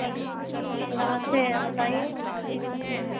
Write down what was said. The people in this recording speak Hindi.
नमस्ते बताइए